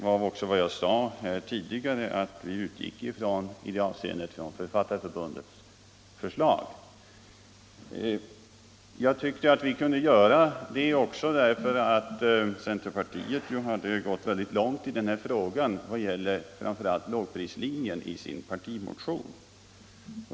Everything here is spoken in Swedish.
Jag sade här tidigare att vi i det avseendet utgick från Författarförbundets förslag. Jag tyckte att vi kunde göra det också därför att centerpartiet i sin partimotion hade gått väldigt långt när det gäller lågprislinjen.